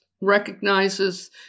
recognizes